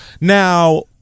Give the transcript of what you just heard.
Now